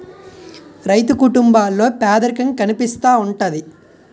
రైతు కుటుంబాల్లో పేదరికం కనిపిస్తా ఉంటది